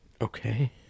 Okay